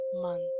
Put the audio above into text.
month